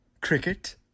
Cricket